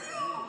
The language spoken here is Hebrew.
בדיוק.